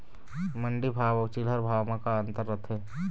मंडी भाव अउ चिल्हर भाव म का अंतर रथे?